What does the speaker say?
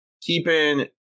keeping